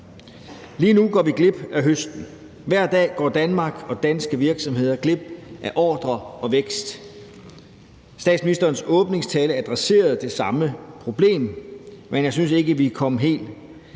Lige nu går vi glip af høsten. Hver dag går Danmark og danske virksomheder glip af ordrer og vækst. Statsministerens åbningstale adresserede det samme problem, men jeg synes ikke, vi kom helt